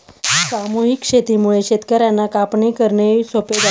सामूहिक शेतीमुळे शेतकर्यांना कापणी करणे सोपे जाते